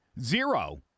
Zero